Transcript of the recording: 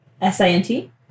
S-I-N-T